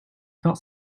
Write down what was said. felt